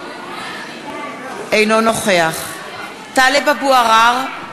אינו נוכח טלב אבו עראר,